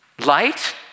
Light